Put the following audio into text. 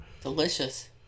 delicious